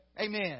Amen